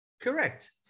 correct